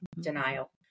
denial